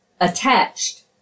attached